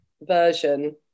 version